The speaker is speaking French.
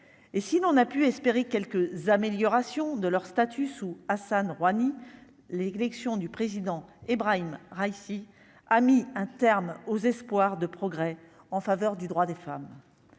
et si l'on a pu espérer quelques améliorations de leur statut sous Hassan Rohani, l'élection du président Ebrahim Raïssi a mis un terme aux espoirs de progrès en faveur du droit des femmes,